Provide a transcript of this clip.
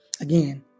Again